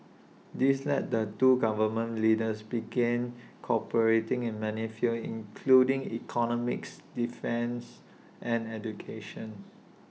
this led the two government leaders begin cooperating in many fields including economics defence and educations